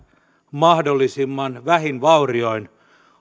mahdollisimman vähin vaurioin